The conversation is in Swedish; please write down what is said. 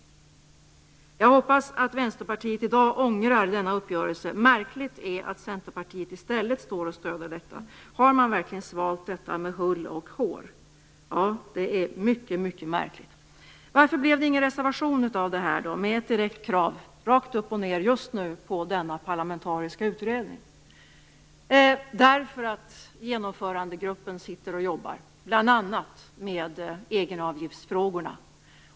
Jag hoppas att Vänsterpartiet i dag ångrar denna uppgörelse. Märkligt är att Centerpartiet i stället står och stöder detta. Har man verkligen svalt detta med hull och hår? Ja, det är mycket märkligt. Varför blev det ingen reservation av det här då, med ett direkt krav, rakt upp och ned, just nu, på denna parlamentariska utredning? Därför att Genomförandegruppen sitter och jobbar bl.a. med egenavgiftsfrågorna.